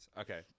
Okay